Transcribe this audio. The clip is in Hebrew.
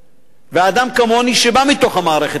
ואדם כמוני, שבא מתוך המערכת החרדית,